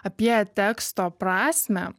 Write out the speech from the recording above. apie teksto prasmę